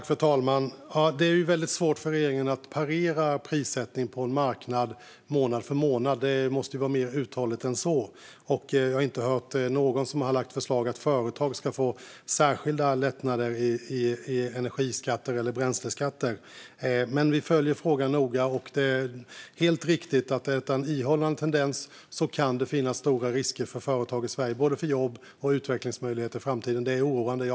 Fru talman! Det är väldigt svårt för regeringen att parera prissättningen på en marknad månad för månad. Det måste vara mer uthålligt än så. Jag har inte hört någon lägga fram förslag om att företag ska få särskilda lättnader i energiskatter eller bränsleskatter. Men vi följer frågan noga, och det är helt riktigt att om detta är en ihållande tendens kan det finnas stora risker för företag i Sverige när det gäller både jobb och utvecklingsmöjligheter i framtiden. Det är oroande, ja.